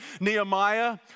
Nehemiah